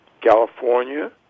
California